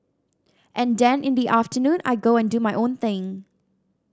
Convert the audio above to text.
and then in the afternoon I go and do my own thing